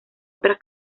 otras